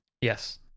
Yes